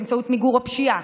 באמצעות מיגור הפשיעה,